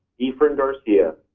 efrain garcia.